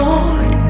Lord